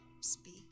speak